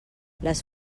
les